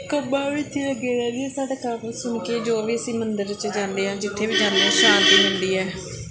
ਕੰਮਾਂ ਵਿੱਚ ਲੱਗੇ ਰਹਿੰਦੇ ਹਾਂ ਸਾਡਾ ਕੰਮ ਸੁਣ ਕੇ ਜੋ ਵੀ ਅਸੀਂ ਮੰਦਰ 'ਚ ਜਾਂਦੇ ਹਾਂ ਜਿੱਥੇ ਵੀ ਜਾਂਦੇ ਆ ਸ਼ਾਂਤੀ ਮਿਲਦੀ ਹੈ